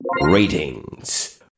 Ratings